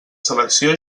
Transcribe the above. selecció